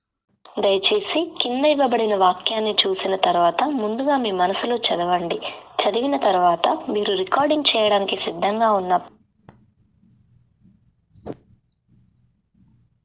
చైనాల ఎలక మాంసం ఆమ్ముతారు అంటే అమ్మ నమ్మట్లే